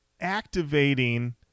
activating